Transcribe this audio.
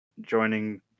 joining